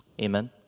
Amen